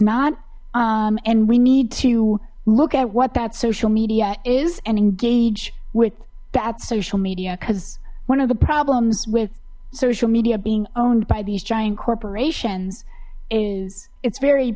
not and we need to look at what that social media is and engage with that social media because one of the problems with social media being owned by these giant corporations is it's very